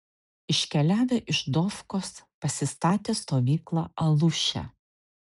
iškeliavę iš dofkos pasistatė stovyklą aluše